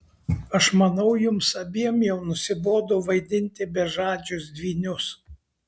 aš manau jums abiem jau nusibodo vaidinti bežadžius dvynius